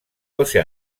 josé